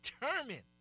determined